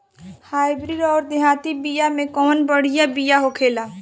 Hybrid अउर देहाती बिया मे कउन बढ़िया बिया होखेला?